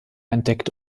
entdeckte